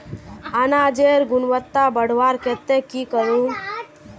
अनाजेर गुणवत्ता बढ़वार केते की करूम?